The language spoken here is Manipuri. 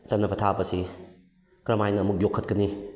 ꯆꯠꯅ ꯄꯊꯥꯞ ꯑꯁꯤ ꯀꯔꯝꯍꯥꯏꯅ ꯑꯃꯨꯛ ꯌꯣꯛꯈꯠꯀꯅꯤ